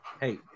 hey